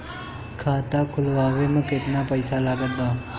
खाता खुलावे म केतना पईसा लागत बा?